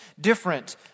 different